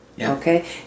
okay